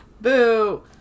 boo